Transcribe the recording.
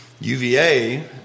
UVA